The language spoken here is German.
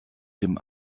dem